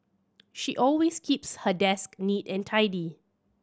she always keeps her desk neat and tidy